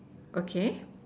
okay